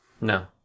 No